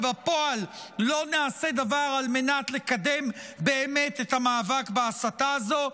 ובפועל לא נעשה דבר על מנת לקדם באמת את המאבק בהסתה הזאת.